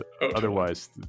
otherwise